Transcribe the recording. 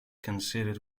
considered